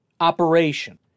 operation